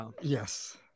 Yes